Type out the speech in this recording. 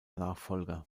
nachfolger